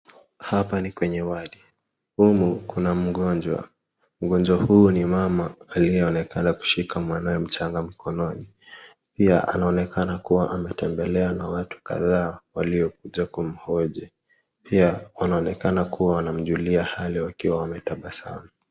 Hapa ni kwenye wadi, humu kuna mgonjwa. Mgonjwa huyu ambaye ni mama anaonekana kushika mtoto wake mchanga mkononi. Pia ametembelewa na watu kadhaa waliokuja kumhoji. Pia wanaonekana kuwa wanamjulia hali wakiwa na tabasamu.